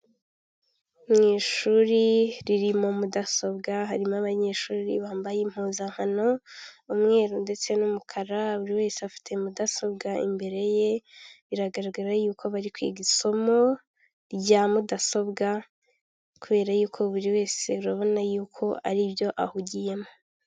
Mu ishuri riri muri mudasobwa, harimo abanyeshuri bambaye impuzankano umweru ndetse n'umukara, buri wese afite mudasobwa imbere ye, biragaragara yuko bari kwiga isomo rya mudasobwa kubera y'uko buri wese urabona yuko aribyo ahugiyemo.